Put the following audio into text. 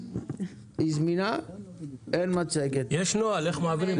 יש נוהל איך מעבירים מצגות.